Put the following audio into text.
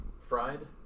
fried